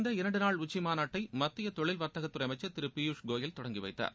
இந்த இரண்டு நாள் உச்சிமாநாட்டை மத்திய தொழில் வர்த்தகத்துறை அமைச்சர் திரு பியூஷ் கோயல் தொடங்கி வைத்தார்